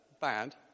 bad